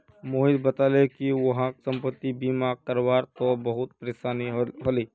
मोहित बताले कि वहाक संपति बीमा करवा त बहुत परेशानी ह ले